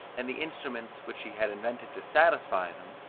and the instruments which he had invented to satisfy them,